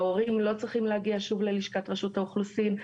ההורים לא צריכים להגיע שוב ללשכת רשות האוכלוסין.